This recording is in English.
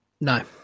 No